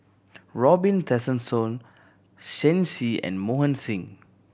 Robin Tessensohn Shen Xi and Mohan Singh